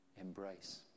embrace